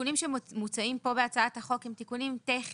התיקונים שמוצעים פה בהצעת החוק הם תיקונים טכניים,